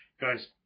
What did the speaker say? Guys